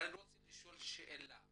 אני רוצה לשאול שאלה.